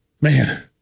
Man